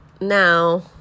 now